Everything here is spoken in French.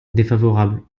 défavorable